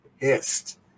pissed